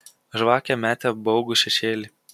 žvakė metė baugų šešėlį